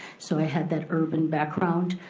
so i had that urban background,